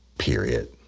Period